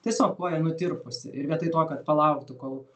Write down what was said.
tiesiog koja nutirpusi ir vietoj to kad palauktų kol